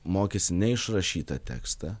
mokėsi ne išrašytą tekstą